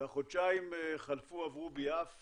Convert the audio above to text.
החודשיים חלפו עברו ביעף